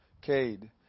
Cade